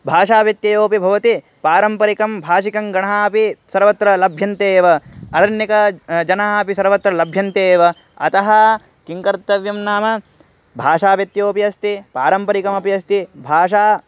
भाषाव्यत्ययोपि भवति पारम्परिकं भाषिकं गणः अपि सर्वत्र लभ्यन्ते एव अरण्यक जनाः अपि सर्वत्र लभ्यन्ते एव अतः किं कर्तव्यं नाम भाषाव्यत्ययोपि अस्ति पारम्परिकमपि अस्ति भाषा